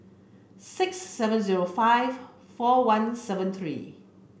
six seven zero five four one seven three